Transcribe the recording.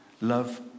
Love